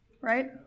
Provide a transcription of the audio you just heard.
Right